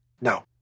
no